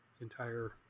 entire